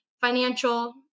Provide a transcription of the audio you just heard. financial